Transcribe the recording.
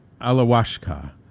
Alawashka